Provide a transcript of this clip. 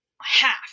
half